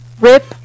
RIP